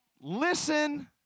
Listen